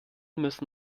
müssen